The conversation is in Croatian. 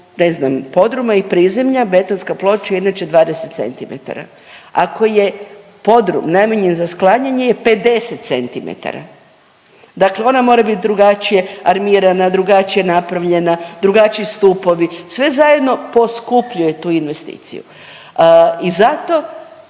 ne znam, podruma i prizemlja, betonska ploča je inače 20 cm. Ako je podrum namijenjen za sklanjanje je 50 cm. Dakle ona bit drugačije armirana, drugačije napravljena, drugačiji stupovi, sve zajedno poskupljuje tu investiciju i zato,